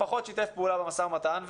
פחות שיתף פעולה במשא ומתן,